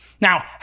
Now